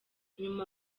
nyuma